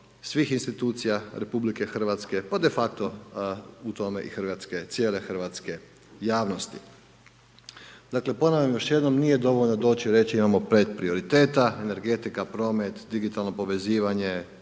svih institucija Republike Hrvatske pa de facto u tome i hrvatske, cijele hrvatske javnosti. Dakle, ponavljam još jednom nije dovoljno doći i reći imamo pet prioriteta, energetika, promet, digitalno povezivanje,